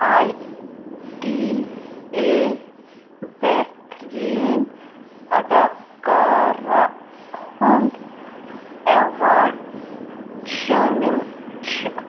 I T A بہتٔریٖن اداکارا ہُنٛد ایٚوارڑ شٲمِل چھُ